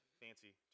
fancy